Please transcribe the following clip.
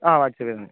ആ അടുത്ത് വരുന്നു